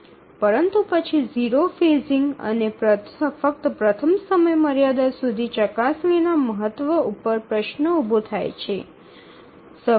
પરંતુ પછી 0 ફેઝિંગ અને ફક્ત પ્રથમ સમયમર્યાદા સુધી ચકાસણીના મહત્વ ઉપર પ્રશ્ન ઊભો થાય છે